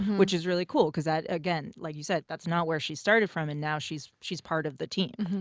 which is really cool. cause that, again, like you said, that's not where she started from and now she's she's part of the team.